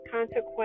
consequence